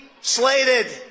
slated